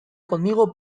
conmigo